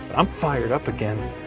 i'm fired up again,